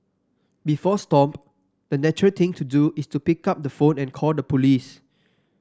before Stomp the natural thing to do is to pick up the phone and call the police